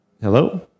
Hello